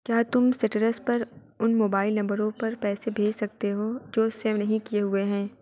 کیا تم سٹرس پر ان موبائل نمبروں پر پیسے بھیج سکتے ہو جو سیو نہیں کیے ہوئے ہیں